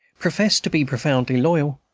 profess to be profoundly loyal,